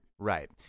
Right